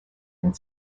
and